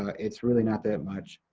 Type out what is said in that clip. it's really not that much,